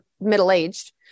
middle-aged